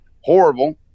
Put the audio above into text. horrible